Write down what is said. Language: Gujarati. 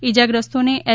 ઇજાગ્રસ્તો ને એલ